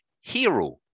hero